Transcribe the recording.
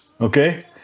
okay